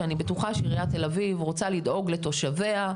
שאני בטוחה שעירית תל אביב רוצה לדאוג לתושביה,